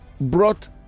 brought